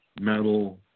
metal